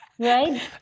Right